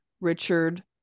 Richard